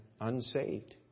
unsaved